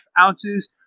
ounces